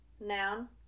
Noun